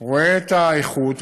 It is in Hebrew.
רואה את האיכות,